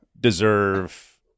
deserve